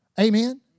Amen